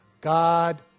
God